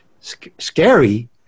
scary